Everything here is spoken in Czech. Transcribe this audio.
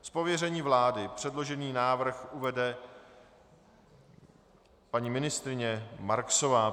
Z pověření vlády předložený návrh uvede paní ministryně Marksová.